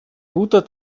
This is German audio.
guter